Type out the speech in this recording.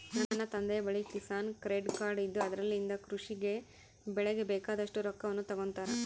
ನನ್ನ ತಂದೆಯ ಬಳಿ ಕಿಸಾನ್ ಕ್ರೆಡ್ ಕಾರ್ಡ್ ಇದ್ದು ಅದರಲಿಂದ ಕೃಷಿ ಗೆ ಬೆಳೆಗೆ ಬೇಕಾದಷ್ಟು ರೊಕ್ಕವನ್ನು ತಗೊಂತಾರ